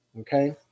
okay